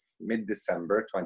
mid-December